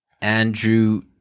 andrew